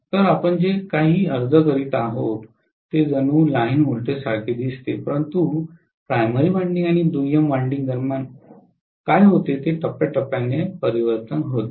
तर आपण जे अर्ज करीत आहात ते जणू लाइन व्होल्टेजसारखे दिसते परंतु प्राथमिक वायंडिंग आणि दुय्यम वायंडिंग दरम्यान काय होते ते टप्प्याटप्प्याने परिवर्तन होते